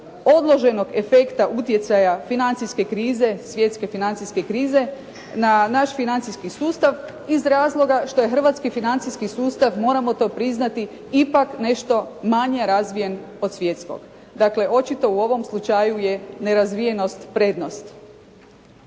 odloženog efekta utjecaja financijske krize svjetske financijske krize na naš financijski sustav iz razloga što je hrvatski financijski sustav moramo to priznati, ipak nešto manje razvijen od svjetskog. Dakle, očito u ovom slučaju je nerazvijenost prednost.